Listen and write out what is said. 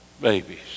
babies